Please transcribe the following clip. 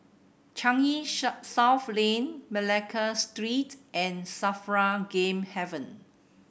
Changi South Lane Malacca Street and SAFRA Game Haven